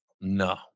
No